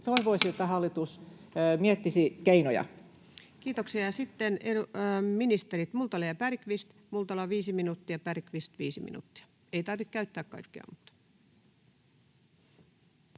koputtaa] hallitus miettisi keinoja. Kiitoksia. — Ja sitten ministerit Multala ja Bergqvist: Multala, 5 minuuttia, Bergqvist 5, minuuttia — ei tarvitse käyttää kaikkea